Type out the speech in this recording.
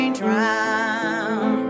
drown